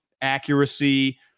accuracy